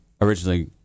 originally